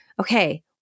Okay